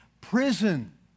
prison